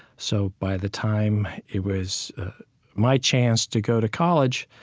so by the time it was my chance to go to college,